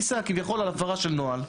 כביכול על הפרה של נוהל.